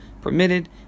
permitted